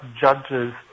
judges